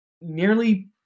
nearly